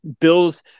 Bills